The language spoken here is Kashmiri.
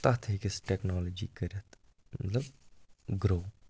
تَتھ ہیکٮ۪س ٹٮ۪کنالجی کٔرِتھ مطلب گرٛو